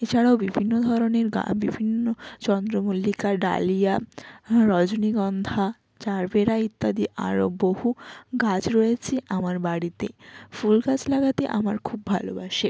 এছাড়াও বিভিন্ন ধরনের বিভিন্ন চন্দ্রমল্লিকা ডালিয়া হ্যাঁ রজনীগন্ধা জারবেরা ইত্যাদি আরও বহু গাছ রয়েছে আমার বাড়িতে ফুল গাছ লাগাতে আমার খুব ভালোবাসে